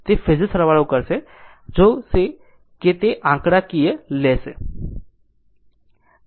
તે ફેઝર સરવાળો હશે જોશે કે પછી આંકડાકીય લેશે